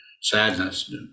sadness